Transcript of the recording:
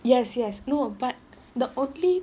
yes yes no but the only